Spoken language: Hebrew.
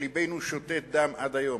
שלבנו שותת דם עד היום